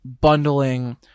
bundling